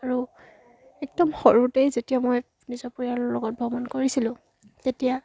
আৰু একদম সৰুতেই যেতিয়া মই নিজৰ পৰিয়ালৰ লগত ভ্ৰমণ কৰিছিলোঁ তেতিয়া